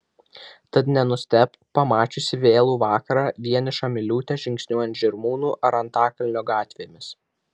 tad nenustebk pamačiusi vėlų vakarą vienišą miliūtę žingsniuojant žirmūnų ar antakalnio gatvėmis